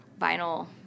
vinyl